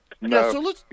No